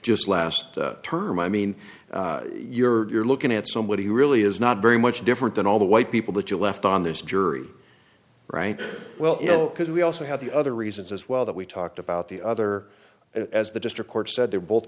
just last term i mean you're looking at somebody who really is not very much different than all the white people that you left on this jury right well you know because we also had the other reasons as well that we talked about the other as the district court said they're both